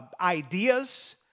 ideas